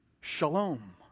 shalom